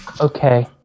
okay